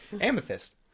Amethyst